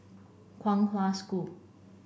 Kong Hwa School